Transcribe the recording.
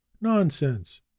nonsense